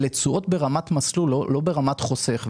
הן תשואות ברמת מסלול ולא ברמת חוסך.